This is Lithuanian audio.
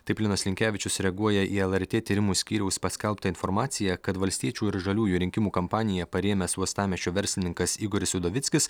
taip linas linkevičius reaguoja į lrt tyrimų skyriaus paskelbtą informaciją kad valstiečių ir žaliųjų rinkimų kampaniją parėmęs uostamiesčio verslininkas igoris udovickis